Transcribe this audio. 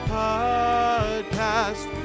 podcast